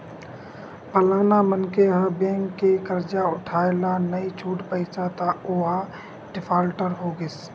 फलाना मनखे ह बेंक के करजा उठाय ल नइ छूट पाइस त ओहा डिफाल्टर हो गिस